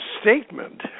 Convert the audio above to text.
statement